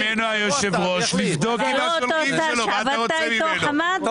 ביקש ממנו היושב-ראש לבדוק, מה אתה רוצה ממנו.